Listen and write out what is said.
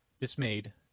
dismayed